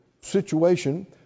situation